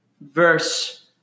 verse